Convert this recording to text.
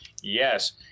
Yes